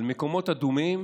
על מקומות אדומים